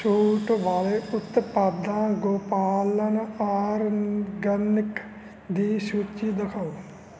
ਛੂਟ ਵਾਲੇ ਉਤਪਾਦਾਂ ਗੋਪਾਲਨ ਆਰਗੈਨਿਕ ਦੀ ਸੂਚੀ ਦਿਖਾਓ